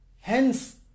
hence